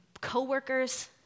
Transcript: coworkers